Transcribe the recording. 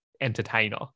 entertainer